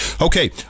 Okay